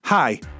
Hi